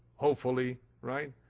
hopefully, right?